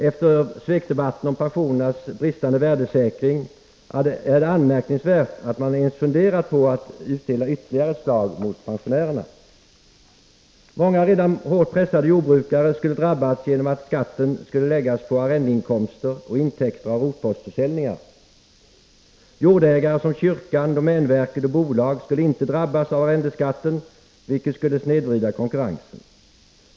Efter svekdebatten om pensionernas bristande värdesäkring är det anmärkningsvärt att man ens funderat på att utdela ytterligare slag mot pensionärerna. Många redan hårt pressade jordbrukare skulle drabbas genom att skatten skulle läggas på arrendeinkomster och intäkter av rotpostförsäljningar. Jordägare som kyrkan, domänverket och bolag skulle inte drabbas av arrendeskatten, vilket skulle snedvrida konkurrensen.